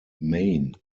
maine